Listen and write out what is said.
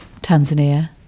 Tanzania